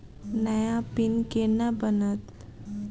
नया पिन केना बनत?